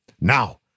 now